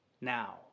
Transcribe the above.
now